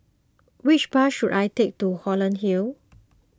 which bus should I take to Holland Hill